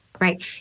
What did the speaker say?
Right